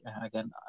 again